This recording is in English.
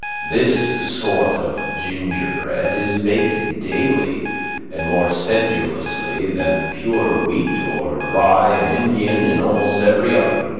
this sort of gingerbread is baked daily and more sedulously than pure wheat or rye-and-indian in almost every oven,